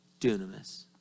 Dunamis